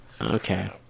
Okay